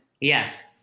Yes